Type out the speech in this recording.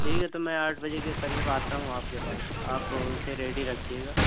ٹھیک ہے تو میں آٹھ بجے کے قریب آتا ہوں آپ کے پاس آپ اسے ریڈی رکھیے گا